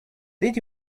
did